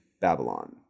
Babylon